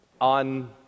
on